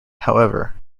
however